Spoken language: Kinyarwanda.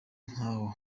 nk’aho